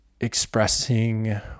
expressing